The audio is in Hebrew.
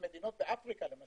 מדינות באפריקה, למשל,